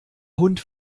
hund